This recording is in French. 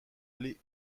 allé